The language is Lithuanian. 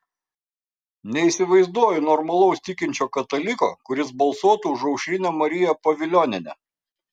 neįsivaizduoju normalaus tikinčio kataliko kuris balsuotų už aušrinę mariją pavilionienę